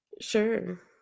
sure